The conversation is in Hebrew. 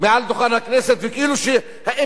מעל דוכן הכנסת, וכאילו האמת